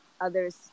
others